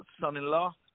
son-in-law